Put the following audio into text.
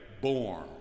born